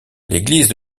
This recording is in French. l’église